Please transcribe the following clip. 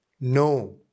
no